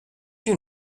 you